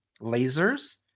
lasers